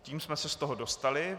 Tím jsme se z toho dostali.